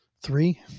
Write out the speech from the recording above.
three